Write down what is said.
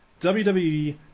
WWE